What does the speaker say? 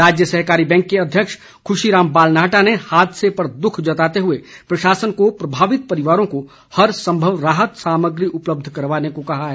राज्य सहकारी बैंक के अध्यक्ष खुशीराम बालनाहटा ने हादसे पर दुख जताते हुए प्रशासन को प्रभावित परिवारों को हर संभव राहत सामग्री उपलब्ध करवाने को कहा है